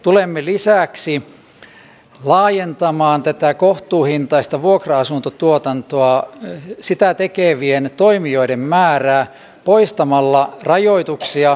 tulemme lisäksi laajentamaan tätä kohtuuhintaista vuokra asuntotuotantoa sitä tekevien toimijoiden määrää poistamalla rajoituksia